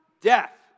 death